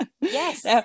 Yes